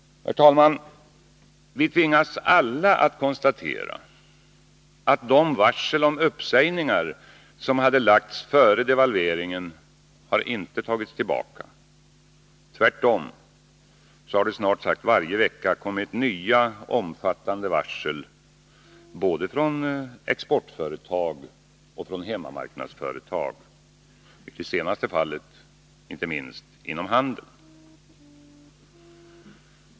Herr talman! Vi tvingas alla konstatera att de varsel om uppsägningar som hade lagts före devalveringen inte har tagits tillbaka. Tvärtom har det snart sagt varje vecka kommit nya, omfattande varsel både från exportföretag och från hemmamarknadsföretag — i det senare fallet inte minst inom handeln.